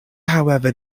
however